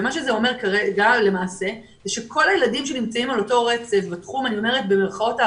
זה אומר שכל הילדים שנמצאים על אותו רצף בתחום "האפור",